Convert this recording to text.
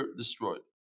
destroyed